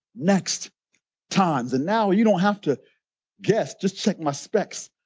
next times. and now you don't have to guess, just check my specs.